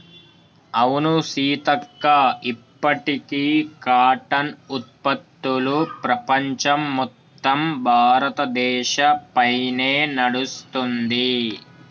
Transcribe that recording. అవును సీతక్క ఇప్పటికీ కాటన్ ఉత్పత్తులు ప్రపంచం మొత్తం భారతదేశ పైనే నడుస్తుంది